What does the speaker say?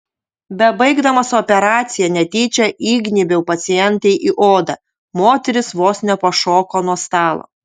bebaigdamas operaciją netyčia įgnybiau pacientei į odą moteris vos nepašoko nuo stalo